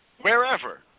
wherever